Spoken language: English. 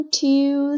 two